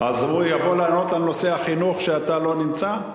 אז הוא יכול לענות על נושא החינוך כשאתה לא נמצא?